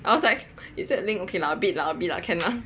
I was like is that link okay lah okay lah a bit lah a bit lah can lah